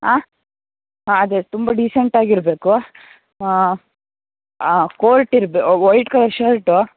ಆ ಹಾಂ ಅದೆ ತುಂಬ ಡಿಸೆಂಟ್ ಆಗಿರಬೇಕು ಕೋರ್ಟ್ ಇರ್ಬೆ ವೈಟ್ ಕಲರ್ ಶರ್ಟು